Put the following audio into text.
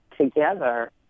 together